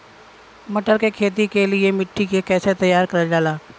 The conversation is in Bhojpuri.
मटर की खेती के लिए मिट्टी के कैसे तैयार करल जाला?